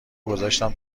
گذاشتم